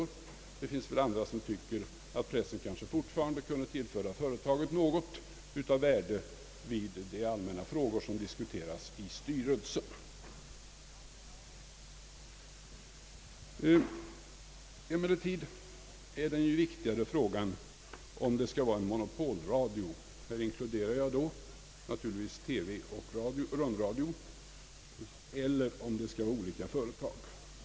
Men det finns väl andra som tycker att pressen fortfarande kunde tillföra företaget någonting av värde när det gäller de allmänna frågor som diskuteras i styrelsen. En viktigare fråga är emellertid om det skall vara en monopolradio — därvid inkluderar jag naturligtvis TV och rundradio — eller om det skall vara olika företag.